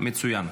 מצוין.